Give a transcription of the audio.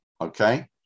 okay